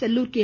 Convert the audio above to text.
Sellur K